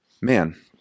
man